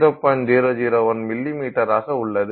001 மில்லிமீட்டராக உள்ளது